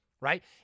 right